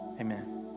Amen